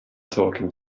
talking